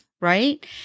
right